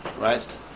Right